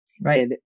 Right